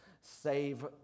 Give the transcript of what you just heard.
save